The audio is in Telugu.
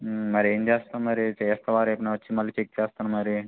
మరి ఏం చేస్తాం మరి చేస్తావా రేపు నేను వచ్చి మళ్ళీ చెక్ చేస్తాను మరి